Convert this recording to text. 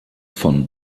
von